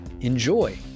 enjoy